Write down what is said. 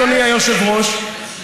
אדוני היושב-ראש,